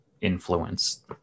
influence